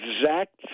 exact